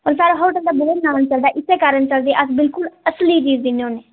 ते साढ़े होटल दा बहोत नांऽ चलदा इस्सै कारण अस असली चीज़ दिन्ने होने